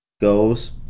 goes